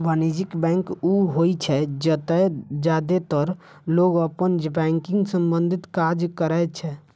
वाणिज्यिक बैंक ऊ होइ छै, जतय जादेतर लोग अपन बैंकिंग संबंधी काज करै छै